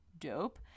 Dope